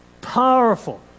powerful